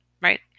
right